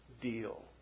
deal